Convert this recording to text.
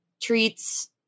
treats